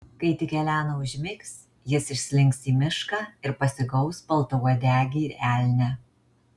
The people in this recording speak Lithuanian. kai tik elena užmigs jis išslinks į mišką ir pasigaus baltauodegį elnią